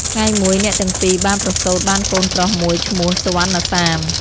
ថ្ងៃមួយ អ្នកទាំងពីរបានប្រសូតបានកូនប្រុសមួយឈ្មោះ សុវណ្ណសាម។